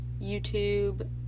YouTube